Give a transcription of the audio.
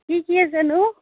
কি কি আছে নো